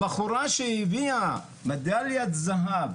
הבחורה שהביאה מדליית זהב